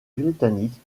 britannique